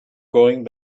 going